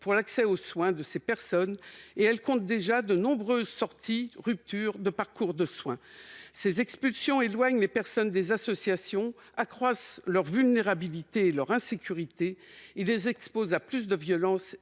pour l'accès aux soins de ces personnes et elles comptent déjà de nombreuses sorties de parcours de soins. Ces expulsions éloignent les personnes des associations, accroissent leurs vulnérabilités et leur insécurité, et les exposent à plus de violences